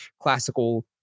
classical